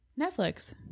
Netflix